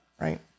right